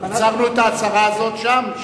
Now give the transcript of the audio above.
הצהרנו את ההצהרה הזאת שם,